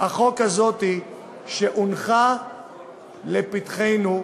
החוק הזאת שהונחה לפתחנו,